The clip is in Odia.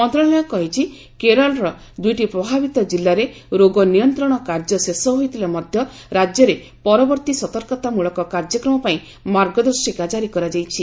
ମନ୍ତ୍ରଣାଳୟ କହିଛି କେରଳର ଦୁଇଟି ପ୍ରଭାବିତ କିଲ୍ଲାରେ ରୋଗ ନିୟନ୍ତ୍ରଣ କାର୍ଯ୍ୟ ଶେଷ ହୋଇଥିଲେ ମଧ୍ୟ ରାଜ୍ୟରେ ପରବର୍ତ୍ତୀ ସତର୍କତାମୂଳକ କାର୍ଯ୍ୟକ୍ରମପାଇଁ ମାର୍ଗଦର୍ଶିକା କାରି କରାଯାଇଛି